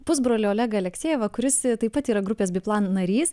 pusbrolį olegą aleksejevą kuris taip pat yra grupės biplan narys